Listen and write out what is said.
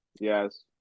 Yes